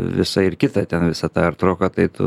visą ir kitą ten visą tą artroką tai tu